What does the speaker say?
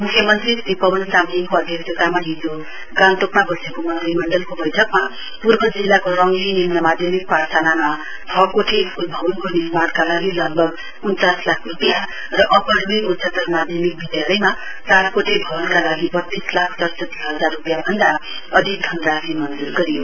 मुख्यमन्त्री श्री पवन चामलिङको अध्यक्षतामा हिजो गान्तोकमा बसेको मन्त्रीमण्डलको बैठकमा पूर्व जिल्लाको रङ्ली निम्न माध्यमिक पाठशालामा छ कोठे स्कूल भवनको निर्माणका लागि लगभग उन्चास लाख रूपियाँ र अप्पर लुईङ उच्चतर माध्यमिक विद्यालयमा चारकोठे भवनका लागि बत्तीस लाख सडसठी हजार रूपियाँ भन्दा अधिक धनराशि मञ्जुर गरियो